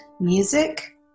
music